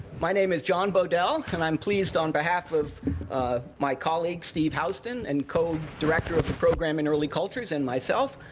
my name is john bodel, and i'm pleased, on behalf of my colleague steve houston and co-director of the program in early cultures and myself,